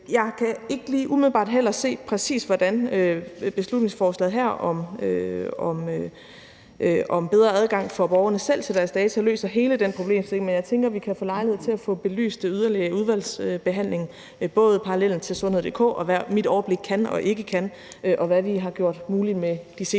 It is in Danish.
heller ikke lige umiddelbart se, præcis hvordan beslutningsforslaget her om bedre adgang for borgerne selv til deres data løser hele den problemstilling, men jeg tænker, at vi kan få lejlighed til at få det belyst yderligere i udvalgsbehandlingen – både parallellen til sundhed.dk, hvad Mit Overblik kan og ikke kan, og hvad vi har gjort muligt med de seneste